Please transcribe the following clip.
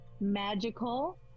magical